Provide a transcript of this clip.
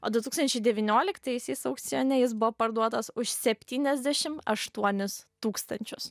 o o du tūkstančiai devynioliktaisiais aukcione jis buvo parduotas už septyniasdešim aštuonis tūkstančius